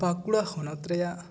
ᱵᱟᱸᱠᱩᱲᱟ ᱦᱚᱱᱚᱛ ᱨᱮᱭᱟᱜ